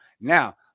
Now